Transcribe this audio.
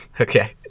Okay